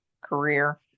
career